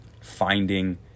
finding